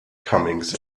comings